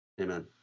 Amen